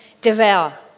devour